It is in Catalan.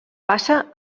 passa